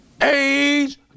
Age